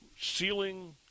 ceiling